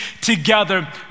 together